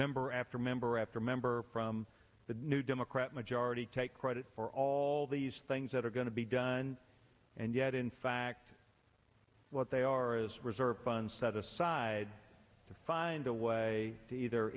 member after member after member from the new democrat majority take credit for all these things that are going to be done and yet in fact what they are is reserve funds set aside to find a way to either